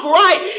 right